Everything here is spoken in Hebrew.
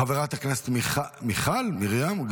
חברת הכנסת מיכל מרים?